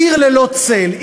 עיר ללא צל,